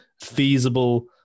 feasible